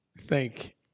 thank